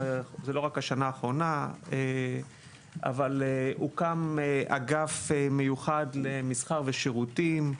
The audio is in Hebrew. זה לא רק השנה האחרונה הוקם אגף מיוחד למסחר ושירותים.